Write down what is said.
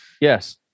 Yes